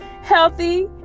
healthy